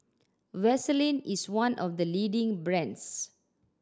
Vaselin is one of the leading brands